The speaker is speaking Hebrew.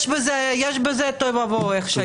יש בזה תוהו ובוהו.